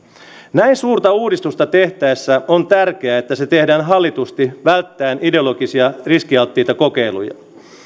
näin suurta uudistusta tehtäessä on tärkeää että se tehdään hallitusti välttäen ideologisia riskialttiita kokeiluja